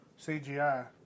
CGI